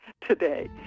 today